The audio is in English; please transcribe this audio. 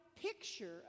picture